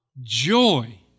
joy